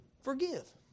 forgive